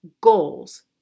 goals